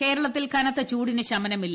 ചൂട് കേരളത്തിൽ കനത്ത ചൂടിന് പൂശമനമില്ല